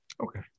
Okay